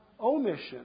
omission